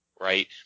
right